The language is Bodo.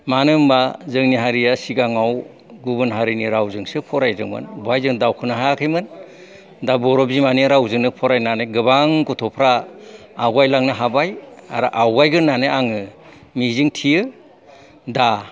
मानो होनबा जोंनि हारिया सिगाङाव गुबुन हारिनि रावजोंसो फरायदोंमोन बेवहाय जों दावखोनो हायाखैमोन दा बर' बिमानि रावजोंनो फरायनानै गोबां गथ'फ्रा आवगायलांनो हाबाय आरो आवगायगोन होननानै आं मिजिं थियो दा